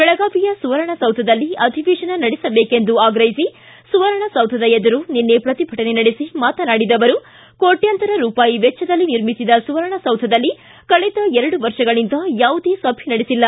ಬೆಳಗಾವಿಯ ಸುವರ್ಣಸೌಧದಲ್ಲಿ ಅಧಿವೇಶನ ನಡೆಸಬೇಕೆಂದು ಆಗ್ರಹಿಸಿ ಸುವರ್ಣಸೌಧದ ಎದುರು ನಿನ್ನೆ ಪ್ರತಿಭಟನೆ ನಡೆಸಿ ಮಾತನಾಡಿದ ಅವರು ಕೋಟ್ಯಂತರ ರೂಪಾಯಿ ವೆಚ್ವದಲ್ಲಿ ನಿರ್ಮಿಸಿದ ಸುವರ್ಣಸೌಧದಲ್ಲಿ ಕಳೆದ ಎರಡು ವರ್ಷಗಳಿಂದ ಯಾವುದೇ ಸಭೆ ನಡೆಸಿಲ್ಲ